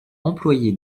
employé